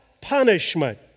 punishment